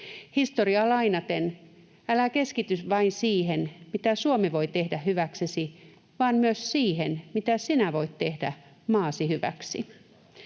Historiaa lainaten: älä keskity vain siihen, mitä Suomi voi tehdä hyväksesi, vaan myös siihen, mitä sinä voit tehdä maasi hyväksi.